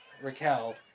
Raquel